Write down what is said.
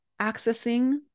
accessing